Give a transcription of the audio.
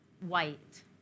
white